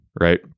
Right